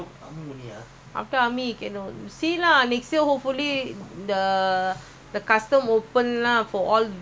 the the custom open lah for all uh travellers correct a not